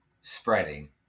spreading